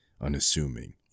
unassuming